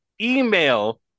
Email